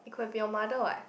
it could have been your mother [what]